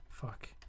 fuck